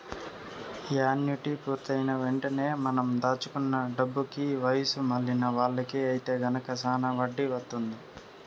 annuity పూర్తయిన వెంటనే మనం దాచుకున్న డబ్బుకి వయసు మళ్ళిన వాళ్ళకి ఐతే గనక శానా వడ్డీ వత్తుంది